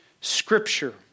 scripture